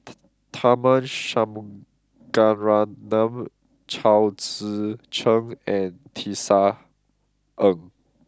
Tharman Shanmugaratnam Chao Tzee Cheng and Tisa Ng